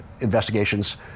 investigations